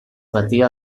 batia